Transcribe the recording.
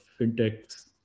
fintechs